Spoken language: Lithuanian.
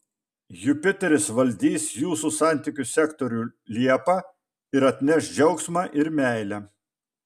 jupiteris valdys jūsų santykių sektorių liepą ir atneš džiaugsmą ir meilę